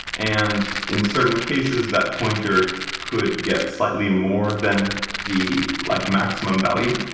and in certain cases, that pointer could get slightly more than the like maximum value,